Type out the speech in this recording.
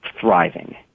thriving